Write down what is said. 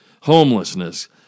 Homelessness